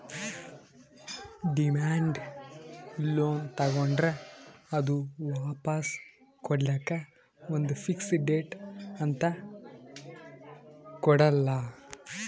demand loan ತಗೋಂಡ್ರ್ ಅದು ವಾಪಾಸ್ ಕೊಡ್ಲಕ್ಕ್ ಒಂದ್ ಫಿಕ್ಸ್ ಡೇಟ್ ಅಂತ್ ಕೊಡಲ್ಲ